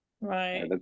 Right